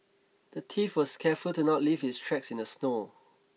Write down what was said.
the thief was careful to not leave his tracks in the snow